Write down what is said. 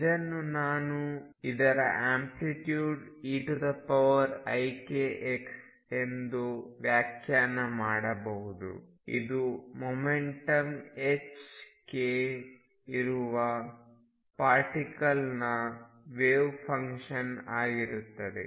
ಇದನ್ನು ನಾನು ಇದರ ಆಂಪ್ಲಿಟ್ಯೂಡ್ eikx ಎಂದು ವ್ಯಾಖ್ಯಾನ ಮಾಡಬಹುದು ಇದು ಮೊಮೆಂಟಮ್ ℏkಇರುವ ಪಾರ್ಟಿಕಲ್ನ ವೇವ್ ಫಂಕ್ಷನ್ ಆಗಿರುತ್ತದೆ